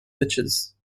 ditches